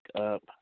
up